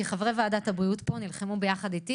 כי חברי ועדת הבריאות נלחמו יחד איתי